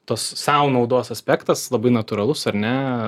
tos sau naudos aspektas labai natūralus ar ne